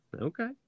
Okay